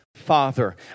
father